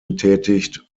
getätigt